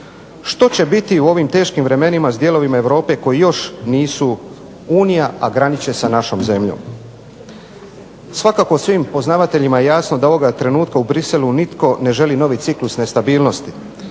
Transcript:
Što će biti u ovim teškim vremenima s dijelovima Europe koji još nisu Unija, a graniče sa našom zemljom. Svakako svim poznavateljima je jasno da ovoga trenutka u Bruxellesu nitko ne želi novi ciklus nestabilnosti